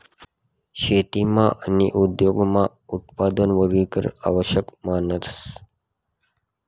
शेतीमा आणि उद्योगमा उत्पादन वर्गीकरण आवश्यक मानतस